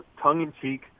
tongue-in-cheek